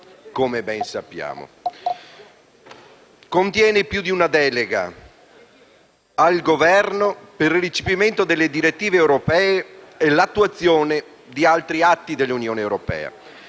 europea 2015, che contiene più di una delega al Governo per il recepimento delle direttive europee e l'attuazione di altri atti dell'Unione europea.